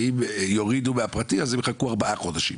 ואם יורידו מהפרטי אז הם יחכו ארבעה חודשים.